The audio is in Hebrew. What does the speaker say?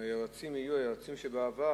אם היועצים יהיו היועצים שבעבר,